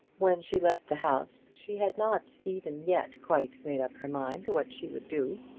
when she left the house she had not even yet quite made up her mind what she would do.